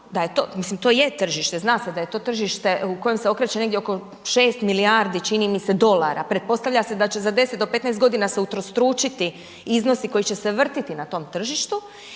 to je tržište, zna se da je to tržište u kojem se okreće negdje oko 6 milijardi, čini mi se dolara. Pretpostavlja se da će za 10-15 g. se utrostručiti iznosi koji će se vrtati na tom tržištu.